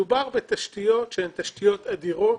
מדובר בתשתיות שהן תשתיות אדירות.